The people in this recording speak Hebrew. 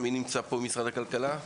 מי נמצא פה ממשרד הכלכלה?